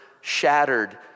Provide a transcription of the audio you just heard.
shattered